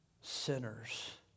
sinners